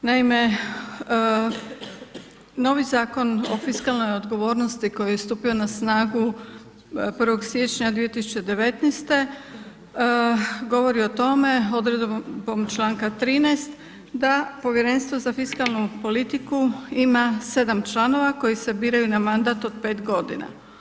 Naime, novi Zakon o fiskalnoj odgovornosti koji je stupio na snagu 1. siječnja 2019. govori o tome odredbom čl. 13. da Povjerenstvo za fiskalnu politiku ima 7 članova koji se biraju na mandat od 5 godina.